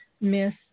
miss